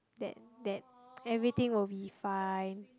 that that everything will be fine